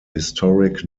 historic